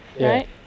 right